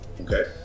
okay